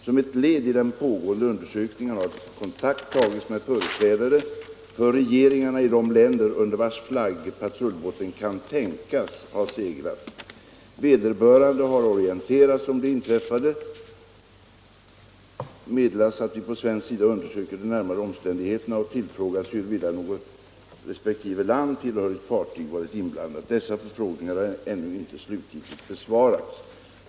Som ett led i den pågående undersökningen har kontakt tagits med företrädare för regeringarna i de länder under vilkas flagg patrullbåten kan tänkas ha seglat. Vederbörande har orienterats om det inträffade, meddelats att vi på svensk sida undersöker de närmare omständigheterna och tillfrågats huruvida något resp. land tillhörigt fartyg varit inblandat. Dessa förfrågningar har ännu icke slutgiltigt besvarats.